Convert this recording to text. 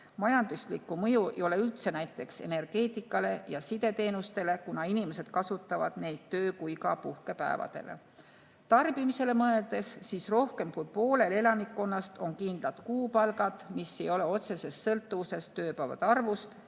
Majanduslikku mõju ei ole üldse näiteks energeetikale ja sideteenustele, kuna inimesed kasutavad neid nii töö- kui ka puhkepäevadel. Kui tarbimisele mõelda, siis rohkem kui poolel elanikkonnast on kindel kuupalk, mis ei ole otseses sõltuvuses tööpäevade arvust.